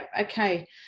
Okay